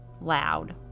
loud